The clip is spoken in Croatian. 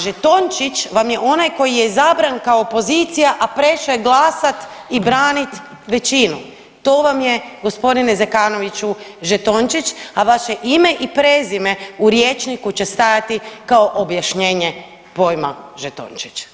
A žetončić vam je onaj koji je izabran kao opozicija, a prešao je glasat i branit većinu to vam je gospodine Zekanoviću žetončić, a vaše ime i prezime u rječniku će stajati kao objašnjenje pojma žetončić.